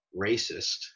racist